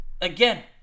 again